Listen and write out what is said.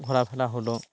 ঘোরাফেরা হলো